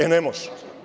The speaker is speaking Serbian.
E, ne može.